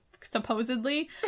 supposedly